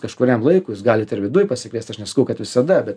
kažkuriam laikui jūs galit ir viduj pasikviest aš nesakau kad visada